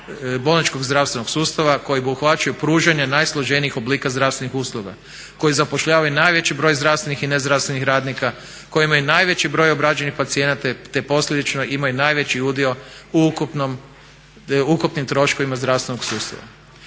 bolničkog zdravstvenog sustava koji obuhvaćaju pružanje najsloženijih oblika zdravstvenih usluga, koji zapošljavaju najveći broj zdravstvenih i nezdravstvenih radnika, koji imaju najveći broj obrađenih pacijenata te posljedično imaju najveći udio u ukupnim troškovima zdravstvenog sustava.